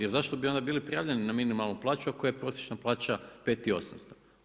Jer zašto bi onda bili prijavljeni na minimalnu plaću ako je prosječna plaća 5 800?